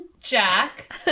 Jack